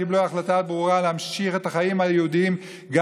קיבלו החלטה ברורה להמשיך את החיים היהודיים גם